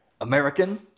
American